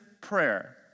prayer